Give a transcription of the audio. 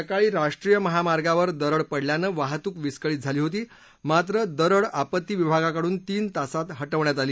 सकाळी राष्ट्रीय महामार्गावर दरड पडल्यानं वाहतूक विस्कळीत झाली होती मात्र पडलेली दरड आपत्ती विभागाकडून तीन तासात हटवण्यात आली